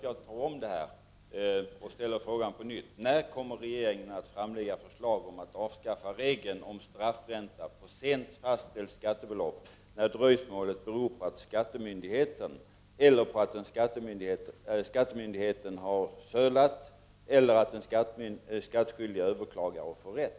Jag ställer frågan på nytt: När kommer regeringen att framlägga ett förslag om att avskaffa regeln om straffränta på sent fastställt skattebelopp i de fall dröjsmålet beror på att skattemyndigheten har sölat eller på att den skattskyldige överklagar och får rätt?